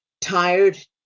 tired